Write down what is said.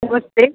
नमस्ते